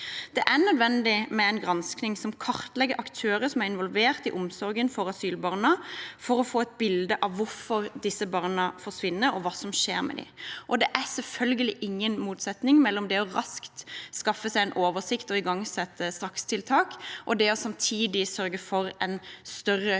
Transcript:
Det er nødvendig med en granskning som kartlegger aktører som er involvert i omsorgen for asylbarna, for å få et bilde av hvorfor disse barna forsvinner, og hva som skjer med dem. Det er selvfølgelig ingen motsetning mellom det å raskt skaffe seg en oversikt og igangsette strakstiltak og det å samtidig sørge for en større undersøkelse